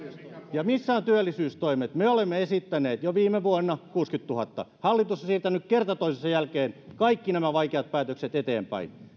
ja missä ovat työllisyystoimet me olemme esittäneet jo viime vuonna kuuttakymmentätuhatta hallitus on siirtänyt kerta toisensa jälkeen kaikki nämä vaikeat päätökset eteenpäin